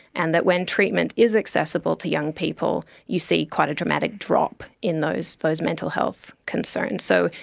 and that when treatment is accessible to young people, you see quite a dramatic drop in those those mental health concerns. so,